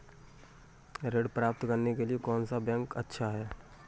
ऋण प्राप्त करने के लिए कौन सा बैंक अच्छा है?